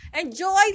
enjoy